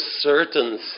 certain